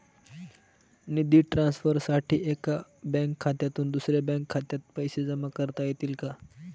निधी ट्रान्सफरसाठी एका बँक खात्यातून दुसऱ्या बँक खात्यात पैसे जमा करता येतील का?